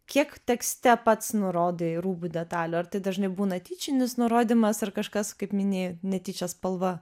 kiek tekste pats nurodai rūbų detalių ar dažnai būna tyčinis nurodymas ar kažkas kaip minėjai netyčia spalva